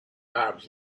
arabs